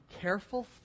careful